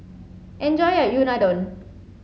enjoy your Unadon